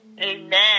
Amen